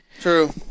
True